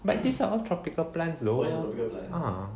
but these are all tropical plants though ah